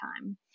time